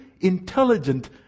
intelligent